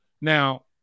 now